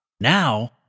Now